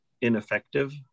ineffective